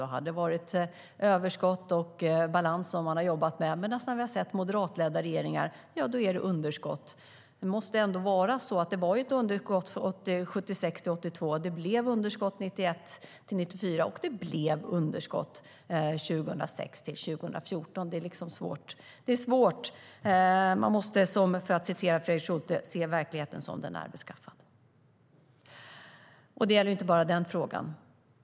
Då har man jobbat med överskott och balans. Men det har varit underskott när vi har haft moderatledda regeringar. Det var underskott 1976-1982, det blev underskott 1991-1994 och det blev underskott 2006-2014. Som Fredrik Schulte säger måste man se verkligheten som den är beskaffad. Och det gäller inte bara den frågan.